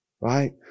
right